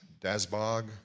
Dasbog